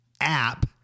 app